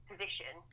position